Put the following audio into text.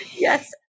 Yes